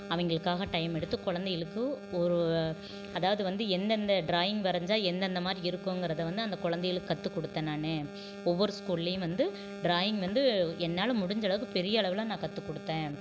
அவங்களுக்காக டைம் எடுத்து குழந்தைகளுக்கு ஒரு அதாவது வந்து எந்தந்த ட்ராயிங் வரைஞ்சா எந்தந்த மாதிரி இருக்குங்கறதை வந்து அந்த குழந்தைகளுக்கு கற்று கொடுத்தேன் நான் ஒவ்வொரு ஸ்கூல்லேயும் வந்து டிராயிங் வந்து என்னால் முடிஞ்ச அளவுக்கு பெரிய அளவில் நான் கற்று கொடுத்தேன்